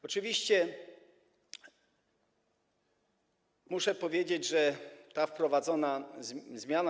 Oczywiście muszę powiedzieć, że ta wprowadzona zmiana.